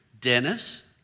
Dennis